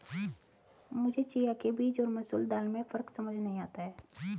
मुझे चिया के बीज और मसूर दाल में फ़र्क समझ नही आता है